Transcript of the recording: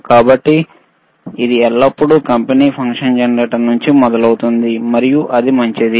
కాబట్టి ఇది ఎల్లప్పుడూ కంపెనీ ఫంక్షన్ జనరేటర్ల నుండి మొదలవుతుంది మరియు అది మంచిది